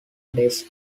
desk